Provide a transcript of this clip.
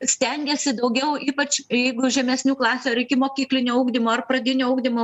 stengiasi daugiau ypač jeigu žemesnių klasių ar ikimokyklinio ugdymo ar pradinio ugdymo